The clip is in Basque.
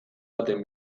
baten